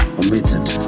omitted